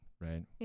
right